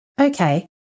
okay